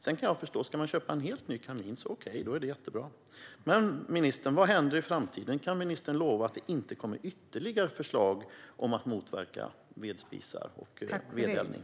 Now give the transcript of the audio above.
Sedan kan jag förstå att det är jättebra om man ska köpa en helt ny kamin. Men, ministern, vad händer i framtiden? Kan ministern lova att det inte kommer ytterligare förslag om att motverka vedspisar och vedeldning?